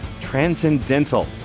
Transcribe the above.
transcendental